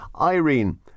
Irene